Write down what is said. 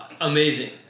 amazing